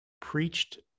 preached